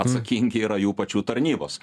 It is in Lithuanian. atsakingi yra jų pačių tarnybos